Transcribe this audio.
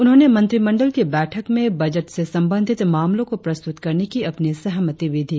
उन्होंने मंत्रिमंडल की बैठक में बजट से संबंधित मामलो को प्रस्तुत करने की अपनी सहमति भी दी